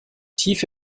tief